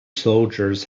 soldiers